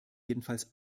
jedenfalls